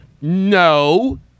No